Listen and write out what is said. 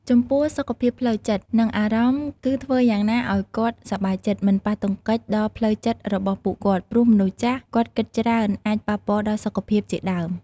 ចំពោះសុខភាពផ្លូវចិត្ត និងអារម្មណ៍គឺធ្វើយ៉ាងណាឲ្យគាត់សប្បាយចិត្តមិនប៉ះទង្គិចដល់ផ្លូវចិត្តរបស់ពួកគាត់ព្រោះមនុស្សចាសគាត់គិតច្រើនអាចប៉ះពាល់ដល់សុខភាពជាដើម។